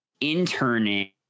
interning